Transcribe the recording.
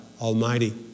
Almighty